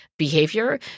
behavior